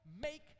make